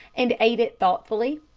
and ate it thoughtfully,